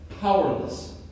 powerless